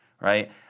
right